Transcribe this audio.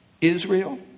Israel